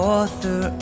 Author